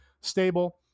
stable